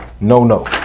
no-no